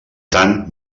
tant